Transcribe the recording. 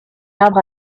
arbre